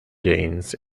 gains